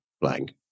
blank